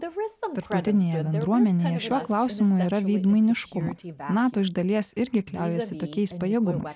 tarptautinėje bendruomenėje šiuo klausimu yra veidmainiškumo nato iš dalies irgi kliaujasi tokiais pajėgumais